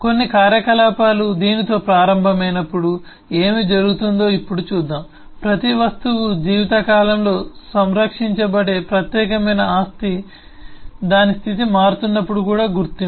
కొన్ని కార్యకలాపాలు దీనితో ప్రారంభమైనప్పుడు ఏమి జరుగుతుందో ఇప్పుడు చూద్దాం ప్రతి వస్తువు జీవితకాలంలో సంరక్షించబడే ప్రత్యేకమైన ఆస్తి దాని స్థితి మారుతున్నప్పుడు కూడా గుర్తింపు